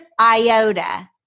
iota